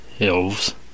Elves